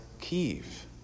Kiev